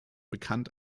bekannt